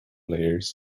layers